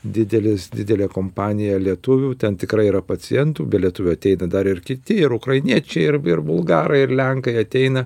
didelis didelė kompanija lietuvių ten tikrai yra pacientų be lietuvių ateina dar ir kiti ir ukrainiečiai ir ir bulgarai ir lenkai ateina